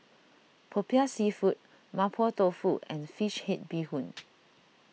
Popiah Seafood Mapo Tofu and Fish Head Bee Hoon